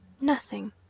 Nothing